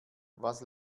was